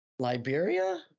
Liberia